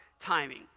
timing